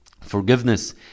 Forgiveness